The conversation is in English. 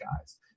guys